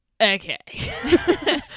okay